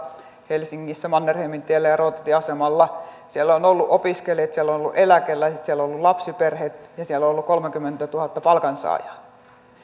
helsingissä mannerheimintiellä ja rautatieasemalla siellä ovat olleet opiskelijat siellä ovat olleet eläkeläiset siellä ovat olleet lapsiperheet ja siellä on ollut kolmekymmentätuhatta palkansaajaa